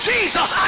Jesus